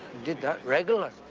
did that regular.